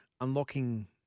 unlocking